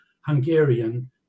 Hungarian